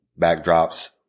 backdrops